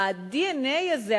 ה-DNA הזה,